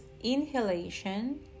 inhalation